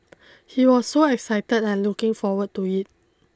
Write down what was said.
he was so excited and looking forward to it